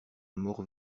mort